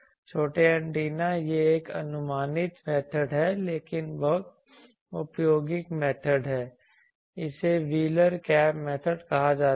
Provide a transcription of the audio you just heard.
छोटे एंटेना यह एक अनुमानित मेथड है लेकिन बहुत उपयोगी मेथड है इसे व्हीलर कैप मेथड कहा जाता है